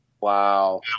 Wow